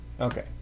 Okay